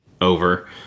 over